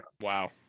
Wow